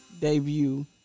debut